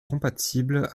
compatibles